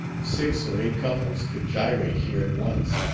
six or eight couples could gyrate here at once.